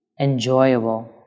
enjoyable